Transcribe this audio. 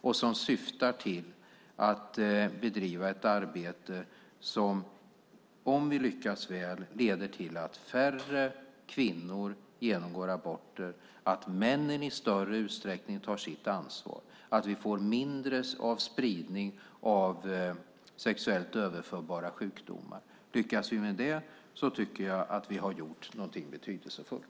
Det syftar till att bedriva ett arbete som om vi lyckas väl leder till att färre kvinnor genomgår abort, att män i större utsträckning tar sitt ansvar och att vi får mindre spridning av sexuellt överförbara sjukdomar. Lyckas vi med det har vi gjort något betydelsefullt.